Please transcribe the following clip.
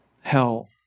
hell